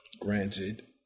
granted